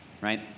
Right